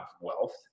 wealth